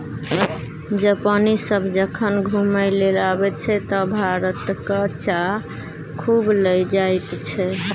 जापानी सभ जखन घुमय लेल अबैत छै तँ भारतक चाह खूब लए जाइत छै